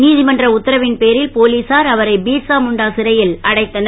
நீதிமன்ற உத்தரவின் பேரில் போலீசார் அவரை பீர்சா முண்டா சிறையில் அடைத்தனர்